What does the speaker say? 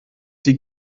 die